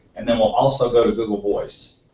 and then we'll also go to google voice.